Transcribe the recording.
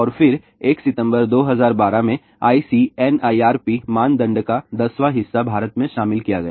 और फिर 1 सितंबर 2012 में ICNIRP मानदंड का दसवां हिस्सा भारत में शामिल किया गया